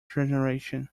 generation